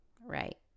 Right